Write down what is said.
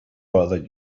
bother